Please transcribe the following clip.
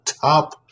top